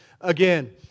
Again